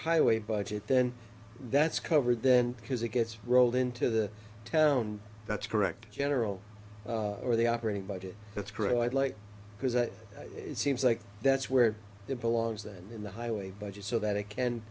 highway budget then that's covered then because it gets rolled into the town that's correct general or the operating budget that's correct i'd like because it seems like that's where it belongs then in the highway budget so that it can